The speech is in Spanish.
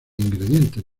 ingredientes